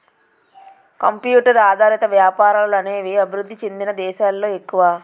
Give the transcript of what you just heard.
computer ఆధారిత వ్యాపారాలు అనేవి అభివృద్ధి చెందిన దేశాలలో ఎక్కువ